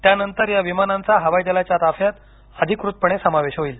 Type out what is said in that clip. त्यानंतर या विमानांचा हवाई दलाच्या ताफ्यात अधिकृतपणे समावेश होईल